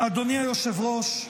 אדוני היושב-ראש,